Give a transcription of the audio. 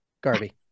Garvey